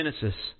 Genesis